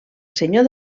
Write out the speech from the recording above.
senyor